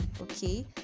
okay